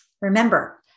Remember